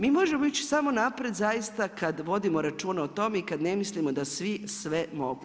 Mi možemo ići samo naprijed zaista kad vodimo računa o tome i kad ne mislimo da svi sve mogu.